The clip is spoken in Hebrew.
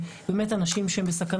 זה באמת הנשים שהן בסכנה,